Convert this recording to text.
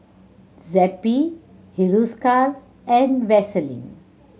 Zappy Hiruscar and Vaselin